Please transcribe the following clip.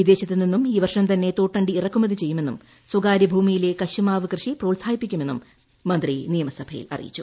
വിദേശത്തു നിന്നും ഈ വർഷം തന്നെ തോട്ടണ്ടി ഇറക്കുമതി ചെയ്യുമെന്നും സ്വകാര്യ ഭൂമിയിലെ കശുമാവ് കൃഷി പ്രോത്സാഹിപ്പിക്കുമെന്നും മന്ത്രി നിയമസഭയിൽ അറിയിച്ചു